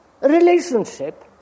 relationship